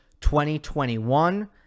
2021